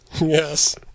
Yes